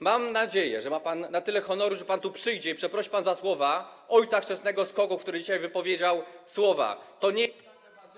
Mam nadzieję, że ma pan na tyle honoru, że pan tu przyjdzie i przeprosi za słowa ojca chrzestnego SKOK-ów, który dzisiaj wypowiedział słowa: To nie.